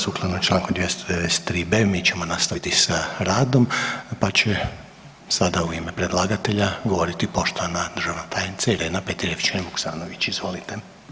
Sukladno čl. 293.b. mi ćemo nastaviti sa radom, pa će sada u ime predlagatelja govoriti poštovana državna tajnica Irena Petrijevčanin Vuksanović, izvolite.